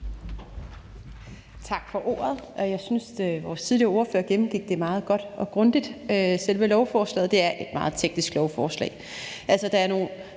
Tak for ordet. Jeg synes, den tidligere ordfører gennemgik det meget godt og grundigt. Selve lovforslaget er et meget teknisk lovforslag.